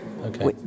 okay